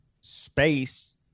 space